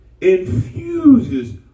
infuses